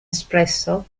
espresso